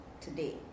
today